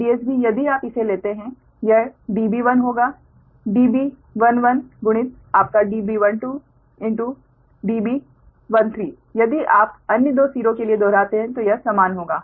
तो DSB यदि आप इसे लेते हैं यह db1 होगा db11 गुणित आपका db12 db13 यदि आप अन्य दो के लिए दोहराते हैं तो यह समान होगा